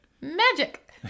Magic